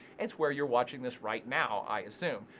it's where you're watching this right now, i assume.